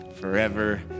forever